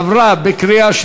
נתקבל.